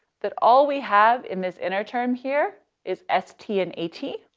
that all we have in this inner term here is s t and a t.